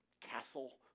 castle